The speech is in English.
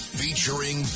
featuring